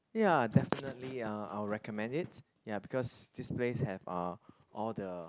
ya definitely uh I would recommend it ya because this place have uh all the